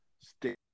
stay